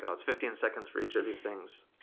and it's fifteen seconds for each of these things,